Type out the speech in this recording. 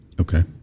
Okay